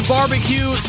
Barbecue